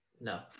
No